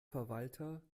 verwalter